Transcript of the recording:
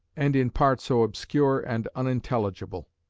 and in part so obscure and unintelligible.